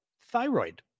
thyroid